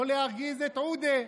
לא להרגיז את עוּדֶה.